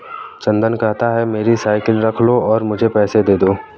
चंदन कहता है, मेरी साइकिल रख लो और मुझे पैसे दे दो